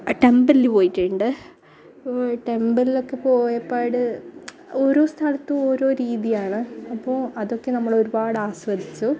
ടെമ്പില്ല് പോയിട്ടുണ്ട് ടെമ്പിളിലൊക്കെ പോയ പാട് ഓരോ സ്ഥലത്തും ഓരോ രീതിയാണ് അപ്പോൾ അതൊക്കെ നമ്മൾ ഒരുപാട് ആസ്വദിച്ചു